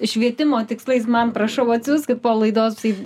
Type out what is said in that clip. švietimo tikslais man prašau atsiųskit po laidos tai